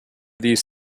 these